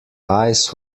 eyes